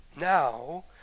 Now